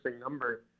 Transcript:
number